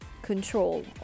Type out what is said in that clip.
control